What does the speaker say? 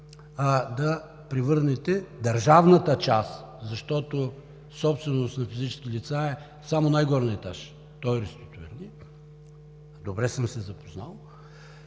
да превърнете държавната част, защото собственост на физически лица е само най-горният етаж, той е реституиран, добре съм се запознал,